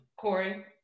Corey